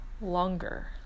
longer